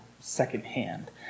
secondhand